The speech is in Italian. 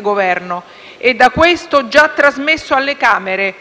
Governo - e da questo già trasmesso alle Camere